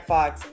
Fox